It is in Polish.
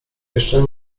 jeszcze